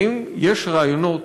האם יש רעיונות,